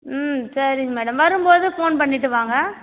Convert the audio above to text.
ம் சரிங்க மேடம் வரும் போது ஃபோன் பண்ணிவிட்டு வாங்க